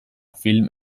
film